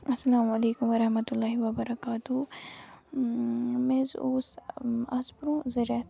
اَسَلامُ علیکُم وَرحمتُہ اللہِ وَبَرکاتہوٗ مےٚ حظ اوس برونٛہہ زٕ رٮ۪تھ